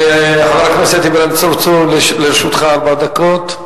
חבר הכנסת אברהים צרצור, לרשותך ארבע דקות.